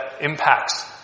impacts